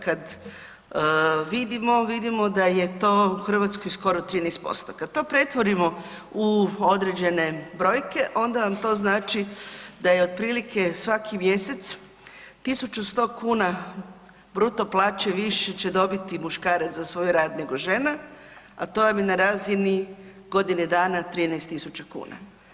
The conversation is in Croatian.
Kad vidimo, vidimo da je to u Hrvatskoj skoro 13%, kad to pretvorimo u određene brojke onda vam to znači da je otprilike svaki mjesec 1.100 kuna bruto plaće više će dobiti muškarac za svoj rad nego žena, a to vam je na razini godine dana 13.000 kuna.